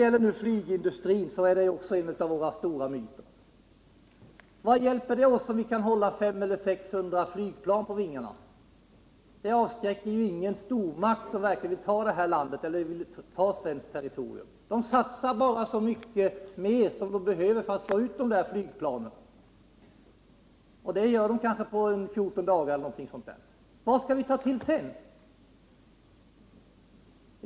Flygplansindustrin är en av våra stora myter. Vad hjälper det oss om vi kan hålla 500-600 flygplan i luften? Det avskräcker ingen stormakt som verkligen vill ta svenskt territorium. Stormakten satsar bara så mycket mer, vad som behövs för att slå ut dessa flygplan. Det går på kanske 14 dagar. Vad skall vi ta till sedan?